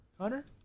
Hunter